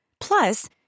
Plus